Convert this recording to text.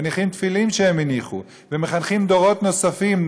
מניחים תפילין שהם הניחו ומחנכים דורות נוספים.